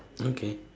okay